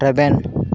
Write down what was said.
ᱨᱮᱵᱮᱱ